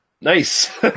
Nice